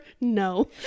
No